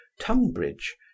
tunbridge